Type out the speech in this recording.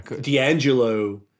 D'Angelo